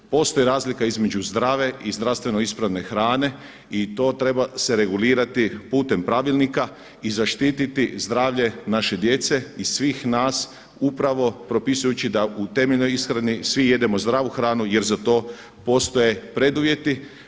Postoji razlika između zdrave i zdravstveno ispravne hrane i to se treba regulirati putem pravilnika i zaštiti zdravlje naše djece i svih nas upravo propisujući da u temeljnoj ishrani svi jedemo zdravu hranu jer za to postoje preduvjeti.